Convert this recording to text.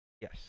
Yes